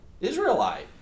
Israelite